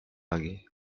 lagi